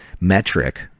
metric